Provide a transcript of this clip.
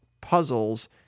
puzzles